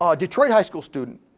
um detroit high school student,